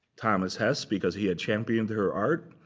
thomas hess, because he had championed her art.